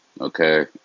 Okay